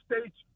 state's